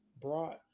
brought